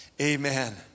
amen